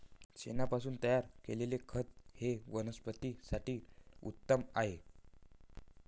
शेणापासून तयार केलेले खत हे वनस्पतीं साठी उत्तम आहे